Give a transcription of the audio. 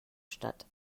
statt